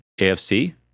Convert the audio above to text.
AFC